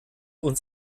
uns